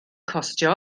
costio